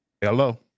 Hello